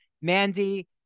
Mandy